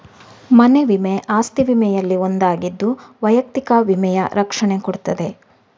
ಮನೆ ವಿಮೆ ಅಸ್ತಿ ವಿಮೆನಲ್ಲಿ ಒಂದು ಆಗಿದ್ದು ವೈಯಕ್ತಿಕ ವಿಮೆಯ ರಕ್ಷಣೆ ಕೊಡ್ತದೆ